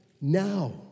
now